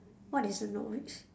what is a novice